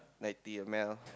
ninety M_L